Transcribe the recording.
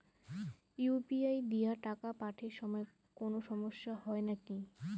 UPI দিয়া টাকা পাঠের সময় কোনো সমস্যা হয় নাকি?